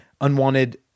unwanted